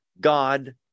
God